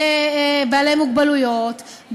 בבעלי מוגבלויות,